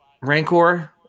Rancor